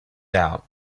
out